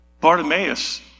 Bartimaeus